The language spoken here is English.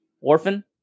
orphan